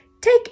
Take